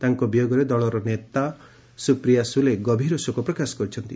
ତାଙ୍କ ବିୟୋଗରେ ଦଳର ନେତା ସୁପ୍ରିୟା ସ୍ରଲେ ଗଭୀର ଶୋକ ପ୍ରକାଶ କରିଛନ୍ତି